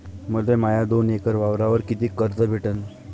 मले माया दोन एकर वावरावर कितीक कर्ज भेटन?